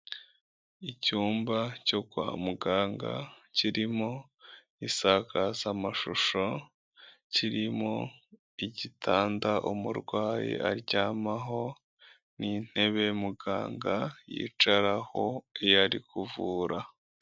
Icyumba cyo kwa muganga kirimo insakazamashusho kirimo igitanda umurwayi aryamaho n'itebe muganga yicaraho iyo ari kuvura.